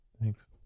Thanks